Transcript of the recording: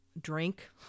drink